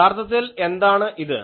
യഥാർത്ഥത്തിൽ എന്താണ് ഇത്